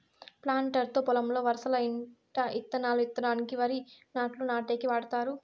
planter తో పొలంలో వరసల ఎంట ఇత్తనాలు ఇత్తడానికి, వరి నాట్లు నాటేకి వాడతారు